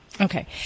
okay